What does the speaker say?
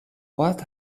what